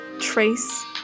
trace